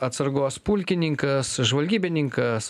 atsargos pulkininkas žvalgybininkas